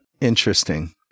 Interesting